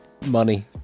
Money